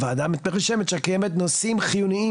הועדה מתרשמת שקיימת נושאים חיוניים